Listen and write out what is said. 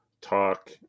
talk